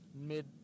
mid